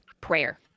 prayer